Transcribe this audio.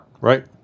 Right